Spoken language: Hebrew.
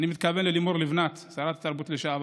ואני מתכוון לימור לבנת, שרת התרבות לשעבר.